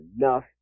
enough